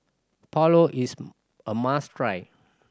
pulao is a must try